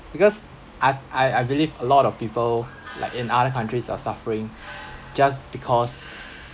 because I I I believe a lot of people like in other countries are suffering just because